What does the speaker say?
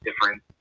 different